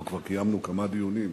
אנחנו כבר קיימנו כמה דיונים,